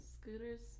scooters